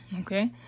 okay